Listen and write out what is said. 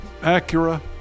Acura